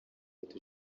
leta